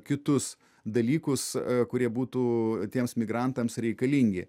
kitus dalykus kurie būtų tiems migrantams reikalingi